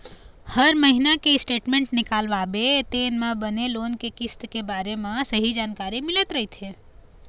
हर महिना के स्टेटमेंट निकलवाबे तेन म बने लोन के किस्त के बारे म सहीं जानकारी मिलत रहिथे